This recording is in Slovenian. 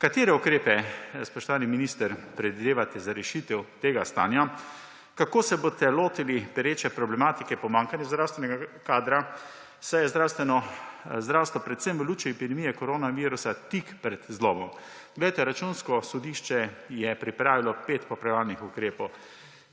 Katere ukrepe, spoštovani minister, predvidevate za rešitev tega stanja? Kako se boste lotili pereče problematike pomanjkanja zdravstvenega kadra, saj je zdravstvo, predvsem v luči epidemije koronavirusa, tik pred zlomom? Glejte, Računsko sodišče je pripravilo pet popravljalnih ukrepov,